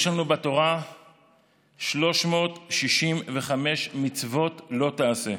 יש לנו בתורה 365 מצוות "לא תעשה",